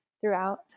throughout